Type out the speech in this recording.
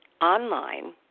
online